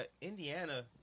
Indiana